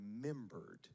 remembered